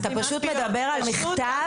אתה פשוט מדבר על מכתב,